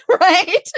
right